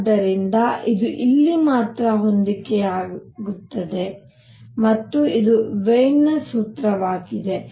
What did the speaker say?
ಆದ್ದರಿಂದ ಇದು ಇಲ್ಲಿ ಮಾತ್ರ ಹೊಂದಿಕೆಯಾಗುತ್ತದೆ ಮತ್ತು ಇದು ವೀನ್ನ ಸೂತ್ರವಾಗಿದೆ